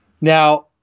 now